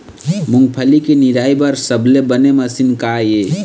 मूंगफली के निराई बर सबले बने मशीन का ये?